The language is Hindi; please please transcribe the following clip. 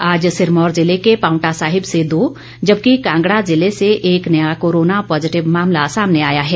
आज सिरमौर जिले के पांवटा साहिब से दो जबकि कांगड़ा ज़िले से एक नया कोरोना पॉजिटिव मामला सामने आया है